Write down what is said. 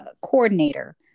coordinator